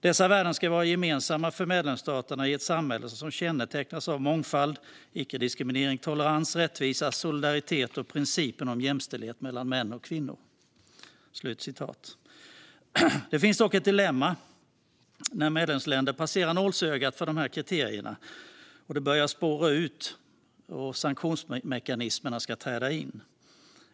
Dessa värden ska vara gemensamma för medlemsstaterna i ett samhälle som kännetecknas av mångfald, icke-diskriminering, tolerans, rättvisa, solidaritet och principen om jämställdhet mellan kvinnor och män." Det finns dock ett dilemma. När medlemsländer passerat nålsögat för dessa kriterier men sedan börjar spåra ur ska sanktionsmekanismer träda in.